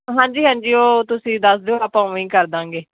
ਹਾਂਜੀ ਹਾਂਜੀ ਉਹ ਤੁਸੀਂ ਦੱਸ ਦਿਓ ਆਪਾਂ ਉਵੇਂ ਹੀ ਕਰ ਦੇਵਾਂਗੇ